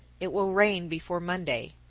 it will rain before monday.